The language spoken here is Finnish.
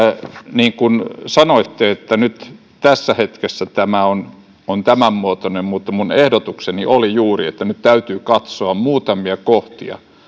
niin kuin sanoitte nyt tässä hetkessä tämä on on tämänmuotoinen mutta minun ehdotukseni oli juuri että nyt täytyy katsoa muutamia kohtia